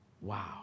Wow